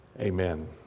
amen